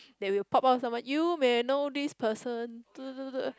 they will pop up someone you may know this person